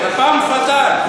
"לפ"מ פאטאל".